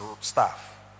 staff